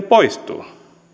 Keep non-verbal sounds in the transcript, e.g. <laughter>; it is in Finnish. <unintelligible> poistuvat eivät